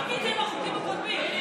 חבר הכנסת, לא צריך.